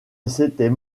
s’était